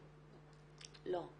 החוק.